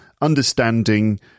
understanding